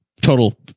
Total